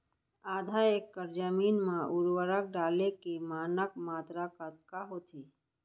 आधा एकड़ जमीन मा उर्वरक डाले के मानक मात्रा कतका होथे?